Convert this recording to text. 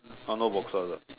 !huh! no boxes ah